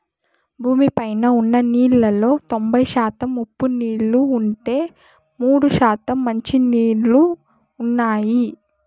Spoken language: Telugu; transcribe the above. భూమి పైన ఉన్న నీళ్ళలో తొంబై శాతం ఉప్పు నీళ్ళు ఉంటే, మూడు శాతం మంచి నీళ్ళు ఉన్నాయి